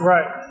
Right